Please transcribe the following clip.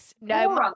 no